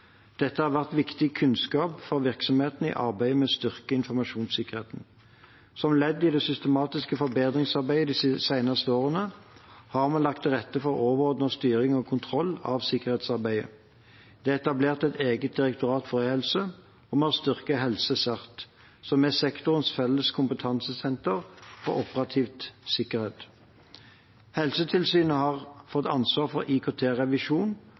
Dette har vært viktig kunnskap for virksomheten i arbeidet med å styrke informasjonssikkerheten. Som ledd i det systematiske forbedringsarbeidet de seneste årene har vi lagt til rette for overordnet styring og kontroll av sikkerhetsarbeidet. Det er etablert et eget direktorat for e-helse, og vi har styrket HelseCERT, som er sektorens felles kompetansesenter for operativ sikkerhet. Helsetilsynet har fått ansvar for